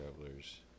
travelers